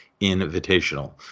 Invitational